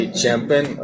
champion